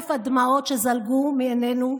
וחרף הדמעות שזלגו מעינינו,